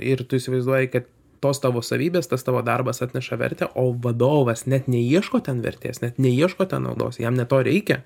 ir tu įsivaizduoji kad tos tavo savybės tas tavo darbas atneša vertę o vadovas net neieško ten vertės net neieško ten naudos jam ne to reikia